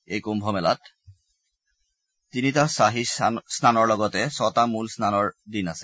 এই কুম্ভমেলাত তিনিটা খাহী স্নানৰ লগতে ছটা মূল স্নানৰ দিন আছে